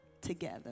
together